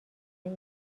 این